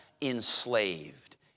enslaved